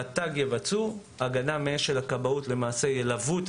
רט"ג יבצעו והגנה מאש של הכבאות ילוו למעשה